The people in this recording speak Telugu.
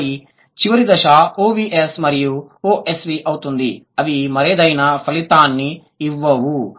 మరి చివరి దశ OVS మరియు OSV అవుతుంది అవి మరేదైనా ఫలితాన్ని ఇవ్వవు